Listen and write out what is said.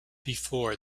before